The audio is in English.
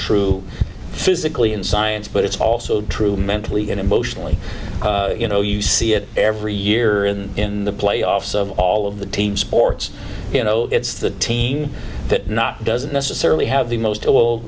true physically in science but it's also true mentally and emotionally you know you see it every year and in the playoffs of all of the team sports you know it's the team that not doesn't necessarily have the most